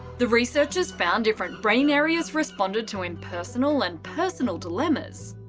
the researchers found different brain areas responded to impersonal and personal dilemmas.